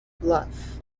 bluff